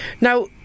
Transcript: Now